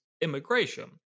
immigration